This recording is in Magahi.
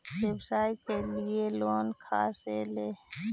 व्यवसाय के लिये लोन खा से ले?